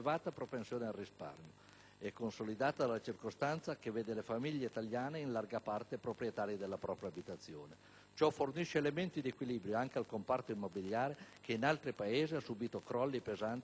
e consolidata dalla circostanza che vede le famiglie italiane in larga parte proprietarie della propria abitazione. Ciò fornisce elementi di equilibrio anche al comparto immobiliare, che in altri Paesi ha subito crolli pesanti, come non è avvenuto in Italia.